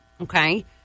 Okay